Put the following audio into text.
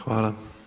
Hvala.